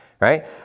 right